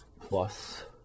plus